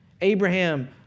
Abraham